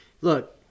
Look